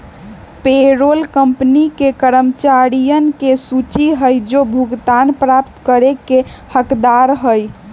payroll company के कर्मचारियन के सूची हई जो भुगतान प्राप्त करे के हकदार हई